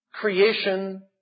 creation